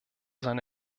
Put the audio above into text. seine